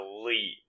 elite